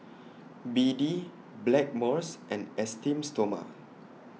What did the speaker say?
B D Blackmores and Esteem Stoma